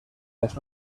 las